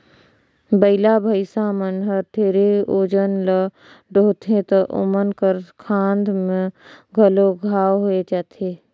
बइला, भइसा मन हर ढेरे ओजन ल डोहथें त ओमन कर खांध में घलो घांव होये जाथे